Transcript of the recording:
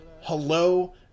Hello